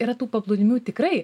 yra tų paplūdimių tikrai